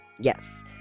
Yes